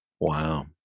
Wow